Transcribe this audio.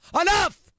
Enough